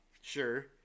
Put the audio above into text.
Sure